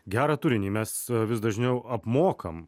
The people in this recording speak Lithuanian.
gerą turinį mes vis dažniau apmokam